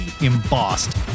embossed